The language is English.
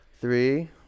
Three